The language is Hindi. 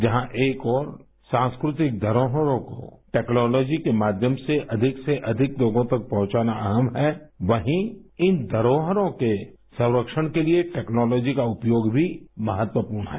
जहां एक ओर सांस्कृतिक धरोहरों को टेक्नोलोजी के माध्यम से अधिक से अधिक लोगों तक पहुंचाना अहम् है वहीँ इन धरोहरों के संरक्षण के लिए टेक्नोलोजी का उपयोग भी महत्वपूर्ण है